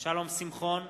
שלום שמחון,